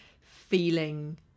feeling